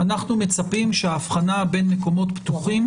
אנחנו מצפים שההבחנה בין מקומות פתוחים